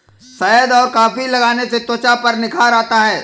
शहद और कॉफी लगाने से त्वचा पर निखार आता है